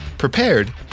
prepared